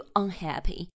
unhappy